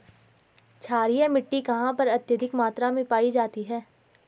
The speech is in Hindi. क्षारीय मिट्टी कहां पर अत्यधिक मात्रा में पाई जाती है?